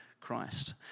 christ